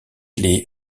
les